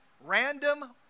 random